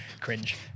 Cringe